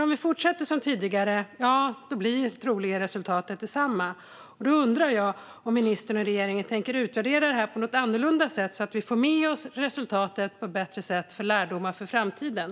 Om vi fortsätter som tidigare, ja, då blir resultatet troligen detsamma. Jag undrar om ministern och regeringen tänker utvärdera det här på något annat sätt så att vi på ett bättre sätt får med oss resultatet som lärdomar för framtiden.